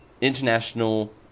international